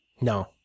No